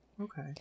okay